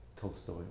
Tolstoy